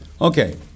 Okay